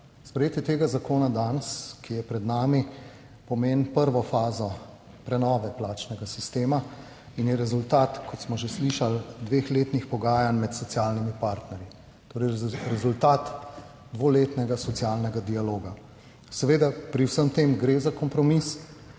Sprejetje tega zakona, ki je danes pred nami, pomeni prvo fazo prenove plačnega sistema in je rezultat, kot smo že slišali, dveletnih pogajanj med socialnimi partnerji, torej rezultat dveletnega socialnega dialoga. Seveda, pri vsem tem gre za kompromis,